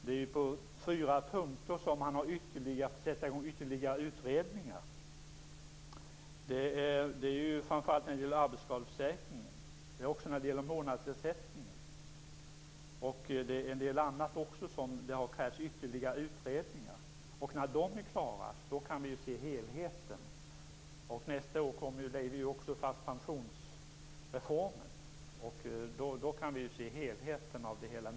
På fyra punkter vill man sätta i gång ytterligare utredningar. Det gällde framför allt arbetsskadeförsäkringen och månadsersättningen, men även en del annat krävde ytterligare utredningar. När de är klara kan vi se helheten. Nästa år lägger vi ju fast pensionsreformen, och då kan vi också se helheten i det hela.